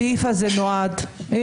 הסעיף הזה מוריד מסכה ממהלך כדי להחזיר את